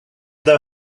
their